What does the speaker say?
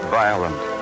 violent